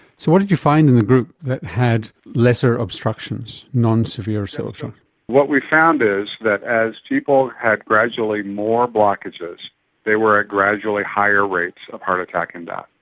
so what did you find in the group that had lesser obstructions, non-severe? so so um what we found is that as people had gradually more blockages they were at gradually higher rates of heart attack and